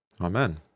Amen